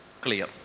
clear